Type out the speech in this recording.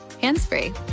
hands-free